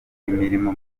imirimo